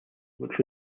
which